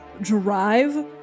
drive